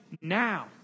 now